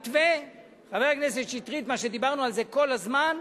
חבר הכנסת שטרית, מה שדיברנו עליו כל הזמן,